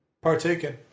partaken